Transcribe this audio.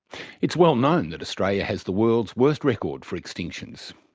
it's well known that australia has the world's worst record for extinctions.